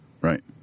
Right